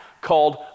called